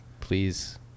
Please